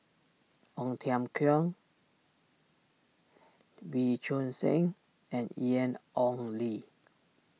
Ong Tiong Khiam Wee Choon Seng and Ian Ong Li